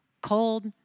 cold